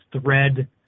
thread